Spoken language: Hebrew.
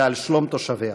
ואת שלום תושביה.